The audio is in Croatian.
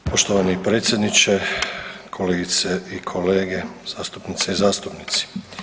Poštovani predsjedniče, kolegice i kolege zastupnice zastupnici.